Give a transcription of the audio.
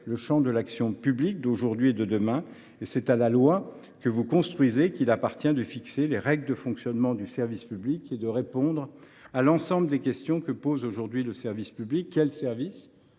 le champ de l’action publique d’aujourd’hui et de demain. C’est à la loi, que vous vous employez à construire ici, de fixer les règles de fonctionnement du service public et de répondre à l’ensemble des questions que pose aujourd’hui le service public : quel service